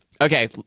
Okay